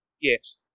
Yes